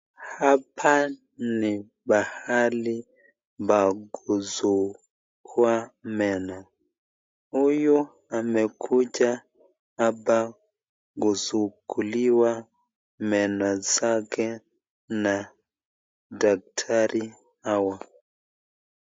Hapa ni pahali pa kuzugua meno huyu amekucha hapa kusuguliwa meno zake na daktari hawa.